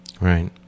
Right